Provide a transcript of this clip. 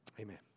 Amen